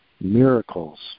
miracles